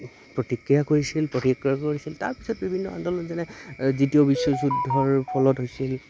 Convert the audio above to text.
প্ৰতিক্ৰিয়া কৰিছিল প্ৰতিক্ৰিয়া কৰিছিল তাৰপিছত বিভিন্ন আন্দোলন যেনে দিতীয় বিশ্ব যুদ্ধৰ ফলত হৈছিল